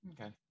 Okay